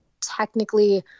technically